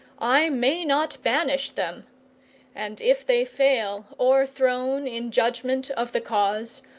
i may not banish them and if they fail, o'erthrown in judgment of the cause,